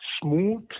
smooth